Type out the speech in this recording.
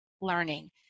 learning